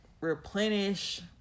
replenish